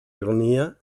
ironia